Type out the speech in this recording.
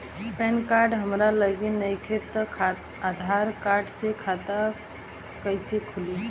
Pan card हमरा लगे नईखे त आधार कार्ड से खाता कैसे खुली?